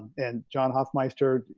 and john, hofmeister,